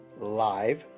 live